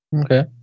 okay